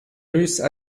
russes